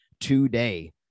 today